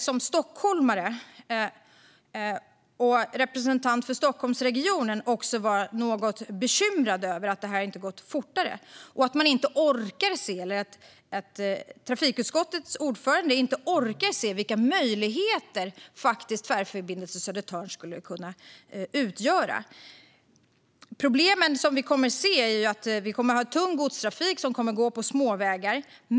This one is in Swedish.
Som stockholmare och representant för Stockholmsregionen kan jag också vara något bekymrad över att det här inte har gått fortare och att trafikutskottets ordförande inte orkar se vilka möjligheter Tvärförbindelse Södertörn skulle kunna ge. De problem vi kommer att se är tung godstrafik som kommer att gå på småvägar.